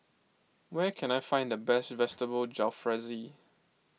where can I find the best Vegetable Jalfrezi